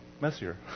messier